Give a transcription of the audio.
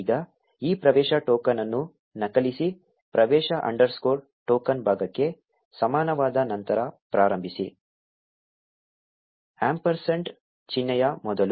ಈಗ ಈ ಪ್ರವೇಶ ಟೋಕನ್ ಅನ್ನು ನಕಲಿಸಿ ಪ್ರವೇಶ ಅಂಡರ್ಸ್ಕೋರ್ ಟೋಕನ್ ಭಾಗಕ್ಕೆ ಸಮಾನವಾದ ನಂತರ ಪ್ರಾರಂಭಿಸಿ ಆಂಪರ್ಸಂಡ್ ಚಿಹ್ನೆಯ ಮೊದಲು